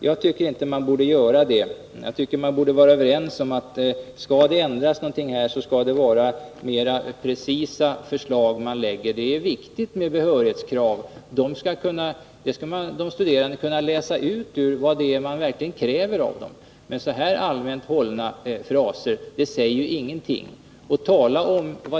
Jag tycker inte att man borde lägga ned arbete på att pröva den här frågan, utan jag tycker att man borde vara överens om att det, om någonting skall ändras, borde läggas fram mer precisa förslag. Behörighetskravens utformning är viktig. De studerande skall ur den kunna läsa ut vad det är som verkligen krävs av dem. Men sådana här allmänt hållna fraser säger ingenting.